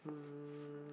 um